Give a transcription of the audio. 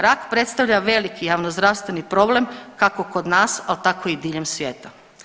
Rak predstavlja veliki javno-zdravstveni problem kako kod nas, ali tako i diljem svijeta.